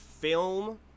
film